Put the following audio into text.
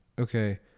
okay